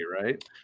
right